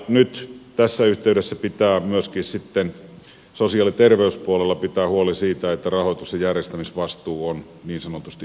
nyt tässä yhteydessä pitää myöskin sitten sosiaali ja terveyspuolella pitää huoli siitä että rahoituksen järjestämisvastuu on niin sanotusti yksissä käsissä